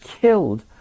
killed